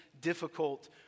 difficult